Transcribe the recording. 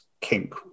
kink